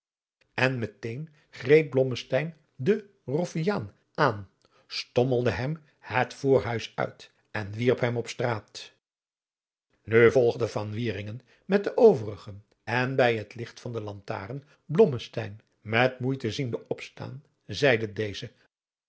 en met een greep blommesteyn de roffiaan aan stommelde hem het voorhuis uit en wierp hem op straat nu volgde van wieringen met de overigen en bij het licht van de lantaren blommesteyn met moeite ziende opstaan zeide deze